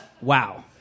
wow